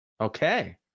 okay